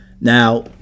Now